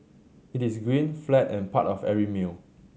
it is green flat and part of every meal